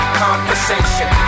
conversation